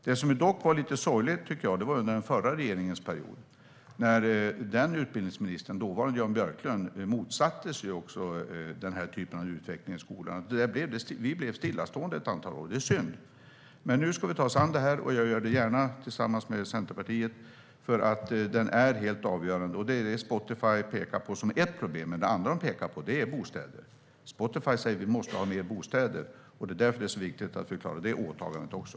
Det som dock var lite sorgligt var den förra regeringens period när dåvarande utbildningsministern Jan Björklund motsatte sig den här typen av utveckling i skolan. Vi blev stillastående ett antal år. Det är synd. Men nu ska vi ta oss an det här, och jag gör det gärna tillsammans med Centerpartiet. Detta är det som Spotify pekar på som ett av problemen. Det andra de pekar på är bostäder. Spotify säger att vi måste ha fler bostäder, och det är därför det är så viktigt att vi klarar även detta åtagande.